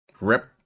rip